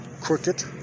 crooked